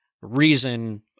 reason